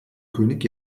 könig